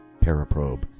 Paraprobe